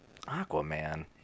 Aquaman